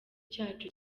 cyacu